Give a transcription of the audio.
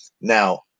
Now